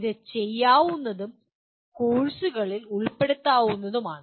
ഇത് ചെയ്യാവുന്നതും ചില കോഴ്സുകളിൽ ഇത് ഉൾപ്പെടുത്താവുന്നതുമാണ്